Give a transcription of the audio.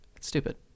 stupid